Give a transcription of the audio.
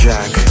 Jack